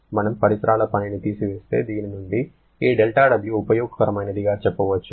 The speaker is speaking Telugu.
మనము పరిసరాల పనిని తీసివేస్తే దీని నుండి ఈ δW ఉపయోగకరమైనదిగా చెప్పవచ్చు